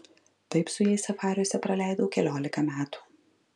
taip su jais safariuose praleidau keliolika metų